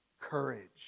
courage